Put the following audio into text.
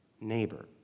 neighbor